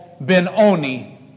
Ben-Oni